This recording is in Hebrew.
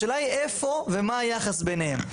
השאלה היא איפה ומה היחס ביניהם.